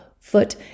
foot